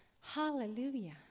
Hallelujah